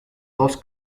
dos